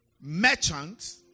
merchant